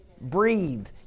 Breathe